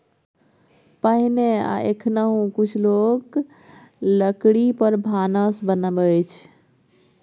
पहिने आ एखनहुँ कुछ लोक लकड़ी पर भानस बनबै छै